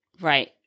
Right